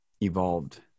evolved